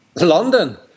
London